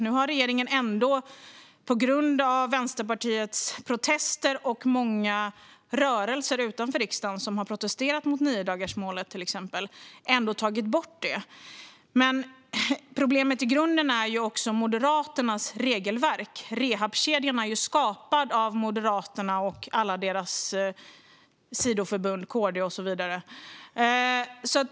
Nu har regeringen ändå, på grund av Vänsterpartiets protester och många rörelser utanför riksdagen som har protesterat mot niodagarsmålet, tagit bort det. Problemet i grunden är också Moderaternas regelverk. Rehabkedjan är ju skapad av Moderaterna och alla deras sidoförbund, KD och så vidare.